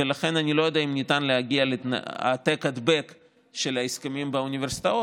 ולכן אני לא יודע אם ניתן להגיע להעתק-הדבק של ההסכמים באוניברסיטאות,